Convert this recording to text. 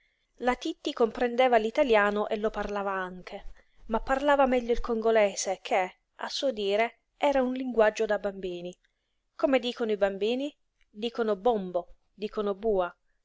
la titti comprendeva l'italiano e lo parlava anche ma parlava meglio il congolese che a suo dire era un linguaggio da bambini come dicono i bambini dicono bombo dicono bua